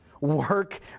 work